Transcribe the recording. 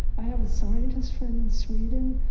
i have a scientist friend in sweden.